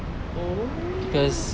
oh